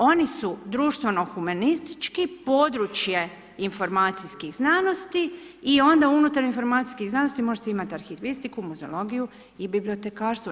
Oni su društveno humanistički, područje informacijske znanosti i onda unutar informatičkih znanosti, možete imati arhivistiku, muzeologiju i bibliotekarstvo.